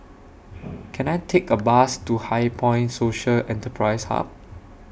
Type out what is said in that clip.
Can I Take A Bus to HighPoint Social Enterprise Hub